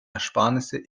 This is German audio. ersparnisse